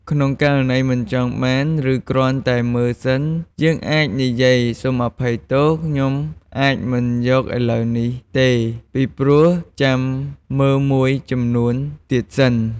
ករណីមិនចង់បាន ឬគ្រាន់តែមើលសិន យើងអាចនិយាយ សូមអភ័យទោស ខ្ញុំអាចមិនយកឥឡូវនេះទេ ពីព្រោះចាំមើលមួយចំនួនទៀតសិន។